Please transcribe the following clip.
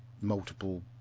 multiple